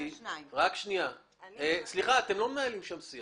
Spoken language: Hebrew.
אתם לא מנהלים שיח.